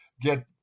get